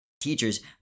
teachers